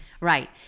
Right